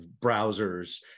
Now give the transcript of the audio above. browsers